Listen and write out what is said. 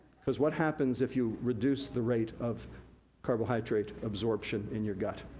cause what happens if you reduce the rate of carbohydrate absorption in your gut?